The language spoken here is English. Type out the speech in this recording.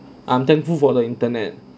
I'm thankful for the internet